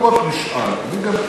אני לא רק נשאל, אני גם שואל.